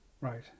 Right